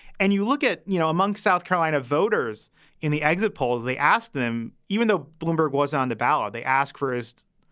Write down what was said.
and you look at, you know, among south carolina voters in the exit polls, they asked them, even though bloomberg was on the ballot, they ask first,